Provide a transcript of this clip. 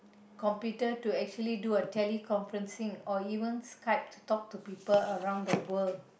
computer to actually to do a tele conferencing or even Skype to talk to people around the world